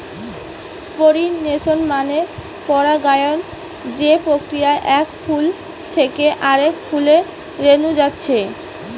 pollination মানে পরাগায়ন যে প্রক্রিয়ায় এক ফুল থিকে আরেক ফুলে রেনু যাচ্ছে